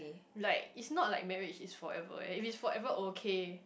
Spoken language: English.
like is not like marriage is forever if it is forever okay